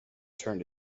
turned